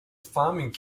farming